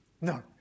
No